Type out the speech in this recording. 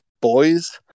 boys